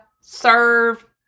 serve